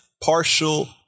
partial